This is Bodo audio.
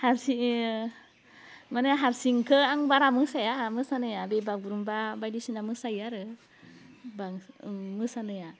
हारसिङो मानि हारसिंखौ आं बारा मोसाया मोसानाया बे बागुरुम्बा बायदिसिना मोसायो आरो बां मोसानाया